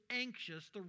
anxious